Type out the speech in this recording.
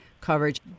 coverage